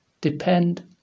depend